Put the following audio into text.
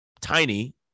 tiny